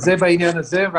זה בעניין הזה.